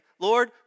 Lord